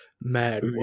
Mad